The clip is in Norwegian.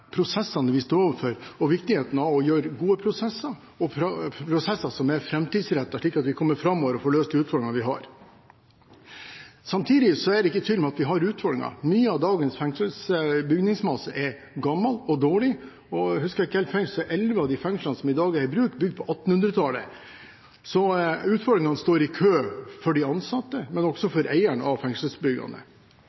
prosessene vi står overfor og viktigheten av å gjøre gode prosesser som er framtidsrettet, slik at vi får løst de utfordringene vi har. Samtidig er det ikke tvil om at vi har utfordringer. Mye av dagens fengselsbygningsmasse er gammel og dårlig. Husker jeg ikke helt feil, er elleve av fengslene som i dag er i bruk, bygd på 1800-tallet. Så utfordringene står i kø for de ansatte, men også for eieren av